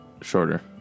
shorter